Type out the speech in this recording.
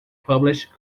published